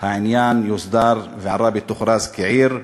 העניין יוסדר ועראבה תוכרז כעיר,